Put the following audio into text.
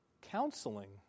counseling